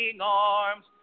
arms